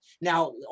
Now